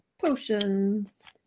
Potions